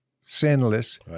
sinless